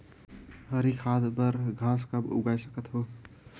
हरी खाद बर घास कब उगाय सकत हो?